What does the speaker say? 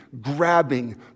grabbing